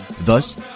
Thus